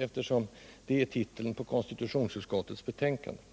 eftersom det är titeln på betänkandet.